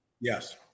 Yes